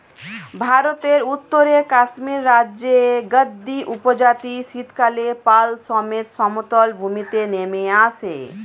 ভারতের উত্তরে কাশ্মীর রাজ্যের গাদ্দী উপজাতি শীতকালে পাল সমেত সমতল ভূমিতে নেমে আসে